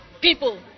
people